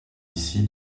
ici